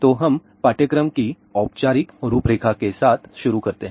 तो हम पाठ्यक्रम की औपचारिक रूपरेखा के साथ शुरू करते हैं